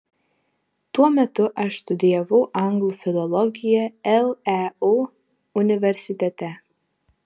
tuo metu aš studijavau anglų filologiją leu universitete